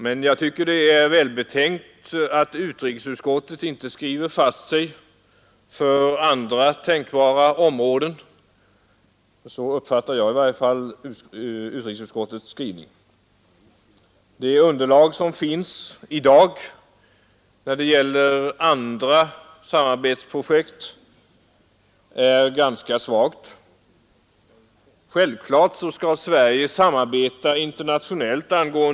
Men det är välbetänkt att utrikesutskottet inte skriver fast sig för andra tänkbara områden — så uppfattar jag i varje fall utrikesutskottets skrivning. Det underlag som finns i dag när det gäller andra samarbetsprojekt är ganska svagt.